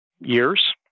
years